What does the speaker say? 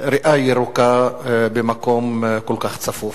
ריאה ירוקה במקום כל כך צפוף.